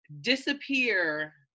disappear